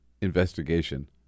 investigation